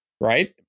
right